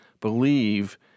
believe